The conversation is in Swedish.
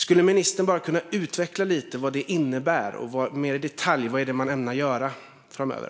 Skulle ministern kunna utveckla lite vad detta innebär mer i detalj och vad man ämnar göra framöver?